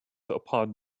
upon